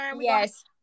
Yes